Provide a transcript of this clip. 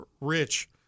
Rich